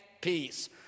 peace